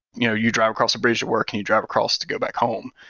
you know you drive across the bridge at work and you drive across to go back home,